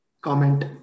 Comment